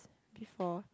before